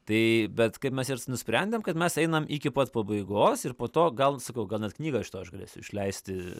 tai bet kaip mes ir nusprendėm kad mes einam iki pat pabaigos ir po to gal sakau gal net knygą iš to aš galėsiu išleisti